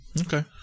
Okay